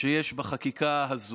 שיש בחקיקה הזאת.